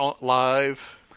live